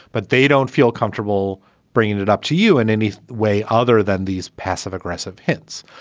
but they don't feel comfortable bringing it up to you in any way other than these passive aggressive hints.